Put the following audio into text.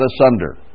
asunder